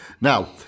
Now